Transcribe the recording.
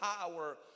power